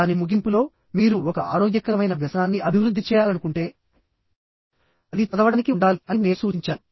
దాని ముగింపులో మీరు ఒక ఆరోగ్యకరమైన వ్యసనాన్ని అభివృద్ధి చేయాలనుకుంటే అది చదవడానికి ఉండాలి అని నేను సూచించాను